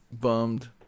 bummed